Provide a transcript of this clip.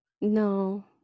no